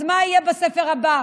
אז מה יהיה בספר הבא